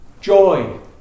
joy